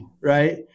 right